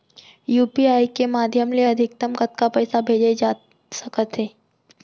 UPI के माधयम ले अधिकतम कतका पइसा भेजे जाथे सकत हे?